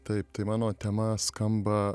taip tai mano tema skamba